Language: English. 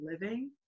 living